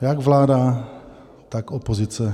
Jak vláda, tak opozice.